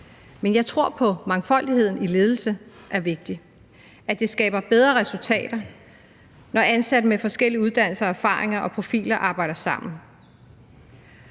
men jeg tror på, at mangfoldighed i ledelse er vigtigt, og at det skaber bedre resultater, når ansatte med forskellige uddannelser og erfaringer og profiler arbejder sammen.